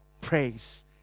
praise